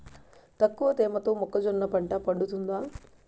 తక్కువ తేమతో మొక్కజొన్న పంట పండుతుందా?